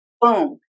boom